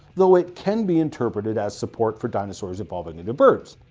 though it can be interpreted as support for dinosaurs evolving into birds.